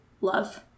love